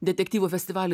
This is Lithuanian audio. detektyvų festivalį